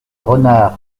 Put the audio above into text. renard